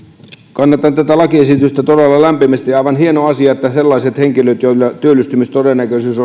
kannatan tätä lakiesitystä todella lämpimästi on aivan hieno asia ja arvokkaampaa päästää eläkkeelle ja eläkejärjestel mien piiriin sellaiset henkilöt joilla työllistymistodennäköisyys